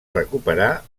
recuperar